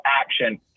action